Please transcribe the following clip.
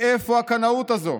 מאיפה הקנאות הזו?